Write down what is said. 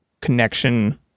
connection